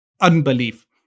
unbelief